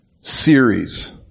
series